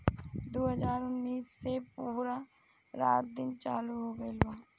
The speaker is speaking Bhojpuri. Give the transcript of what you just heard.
दु हाजार उन्नीस से पूरा रात दिन चालू हो गइल बा